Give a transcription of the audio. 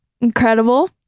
incredible